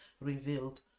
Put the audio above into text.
revealed